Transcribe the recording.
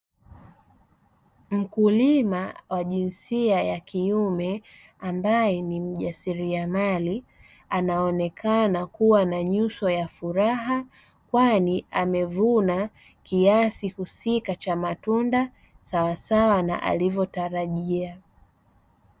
Mkulima wa jinsia ya kiume ambaye ni mjasiriamali, anaonekana kuwa na nyuso ya furaha, kwani amevuna kiasi husika cha matunda, sawasawa na alivyotarajia.